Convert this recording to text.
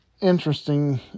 interesting